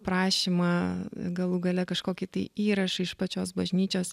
prašymą galų gale kažkokį tai įrašą iš pačios bažnyčios